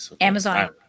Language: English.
Amazon